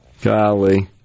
Golly